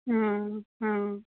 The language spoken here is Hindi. हाँ हाँ